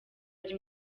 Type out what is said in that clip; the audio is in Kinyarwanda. ari